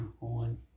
on